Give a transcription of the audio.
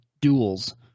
duels